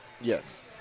Yes